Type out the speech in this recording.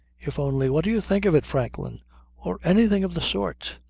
if only what do you think of it, franklin or anything of the sort.